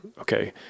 Okay